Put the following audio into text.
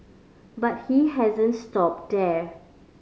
but he hasn't stopped there